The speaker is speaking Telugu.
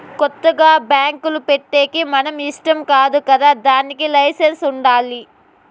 కొత్తగా బ్యాంకులు పెట్టేకి మన ఇష్టం కాదు కదా దానికి లైసెన్స్ ఉండాలి